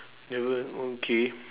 never okay